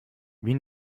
wie